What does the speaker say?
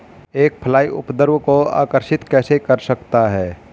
एक फ्लाई उपद्रव को आकर्षित कर सकता है?